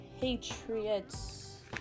Patriots